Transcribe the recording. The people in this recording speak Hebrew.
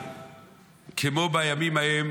וכמו בימים ההם